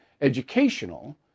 educational